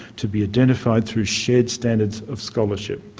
to be identified through shared standards of scholarship.